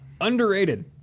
Underrated